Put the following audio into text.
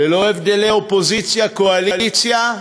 ללא הבדלי אופוזיציה קואליציה,